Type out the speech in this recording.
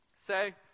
Say